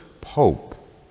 pope